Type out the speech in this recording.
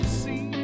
see